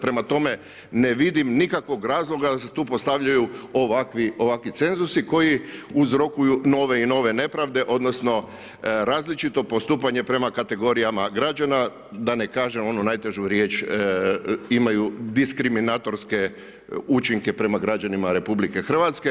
Prema tome, ne vidim nikakvog razloga da se tu postavljaju ovakvi cenzus koji uzrokuju nove i nove nepravde odnosno različito postupanje prema kategorijama građana, da ne kažem ono najtežu riječ, imaju diskriminatorske učinke prema građanima RH.